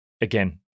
again